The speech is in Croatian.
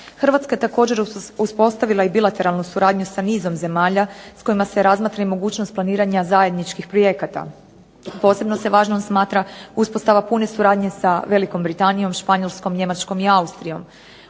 Hrvatska je također uspostavila i bilateralnu suradnju sa nizom zemalja s kojima se razmatra i mogućnost planiranja zajedničkih projekata. Posebno se važnom smatra uspostava pune suradnje sa Velikom Britanijom, Španjolskom, Njemačkom i Austrijom.